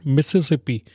Mississippi